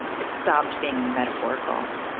it stopped being metaphorical,